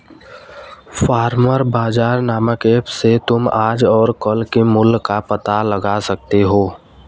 farmer बाजार नामक app से तुम आज और कल के मूल्य का पता लगा सकते हो